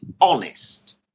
honest